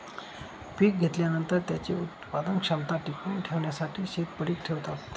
पीक घेतल्यानंतर, त्याची उत्पादन क्षमता टिकवून ठेवण्यासाठी शेत पडीक ठेवतात